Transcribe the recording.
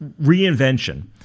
reinvention